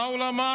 מה הוא למד?